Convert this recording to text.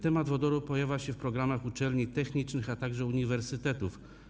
Temat wodoru pojawia się w programach uczelni technicznych, a także uniwersytetów.